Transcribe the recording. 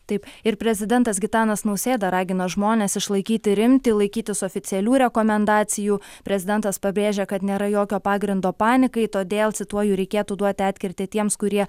taip ir prezidentas gitanas nausėda ragina žmones išlaikyti rimtį laikytis oficialių rekomendacijų prezidentas pabrėžia kad nėra jokio pagrindo panikai todėl cituoju reikėtų duoti atkirtį tiems kurie